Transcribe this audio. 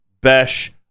Besh